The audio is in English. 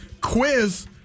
quiz